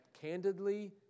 candidly